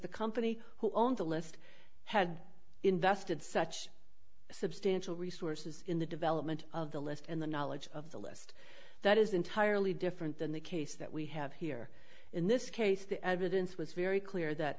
the company who owned the list had invested such substantial resources in the development of the list and the knowledge of the list that is entirely different than the case that we have here in this case the evidence was very clear that